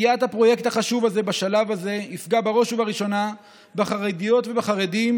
קטיעת הפרויקט החשוב הזה בשלב הזה תפגע בראש ובראשונה בחרדיות ובחרדים,